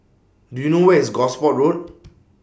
Do YOU know Where IS Gosport Road